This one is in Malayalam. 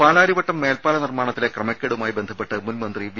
പാലാരിവട്ടം മേൽപാല നിർമ്മാണത്തിലെ ക്രമക്കേടുമായി ബന്ധ പ്പെട്ട് മുൻമന്ത്രി വി